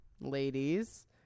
ladies